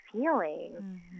feeling